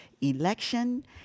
election